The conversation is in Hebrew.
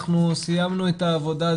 אנחנו סיימנו את העבודה.